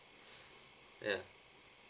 ya